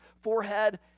forehead